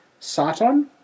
Sarton